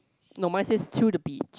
no mine says to the beat